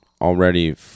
already